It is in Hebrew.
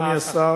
אדוני השר,